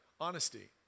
Honesty